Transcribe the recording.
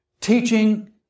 teaching